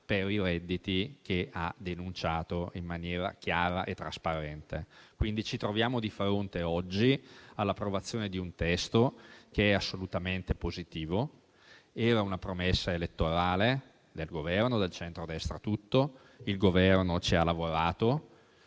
per i redditi che ha denunciato in maniera chiara e trasparente. Oggi ci troviamo pertanto di fronte all'approvazione di un testo che è assolutamente positivo. Era una promessa elettorale del Governo e di tutto il centrodestra. Il Governo ci ha lavorato